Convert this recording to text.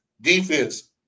Defense